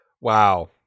Wow